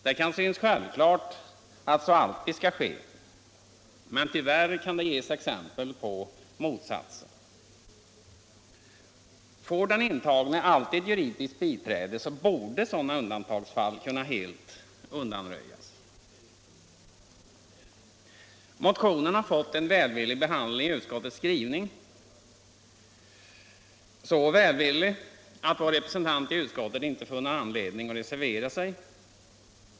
Det kan synas självklart att så alltid skall ske, men tyvärr kan det ges exempel på motsatsen. Får den intagne alltid juridiskt biträde borde sådana undantagsfall kunna helt undanröjas. Motionen har fått en välvillig behandling i utskottets skrivning, så välvillig att vår representant i utskottet inte funnit anledning att reservera sig.